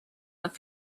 but